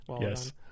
Yes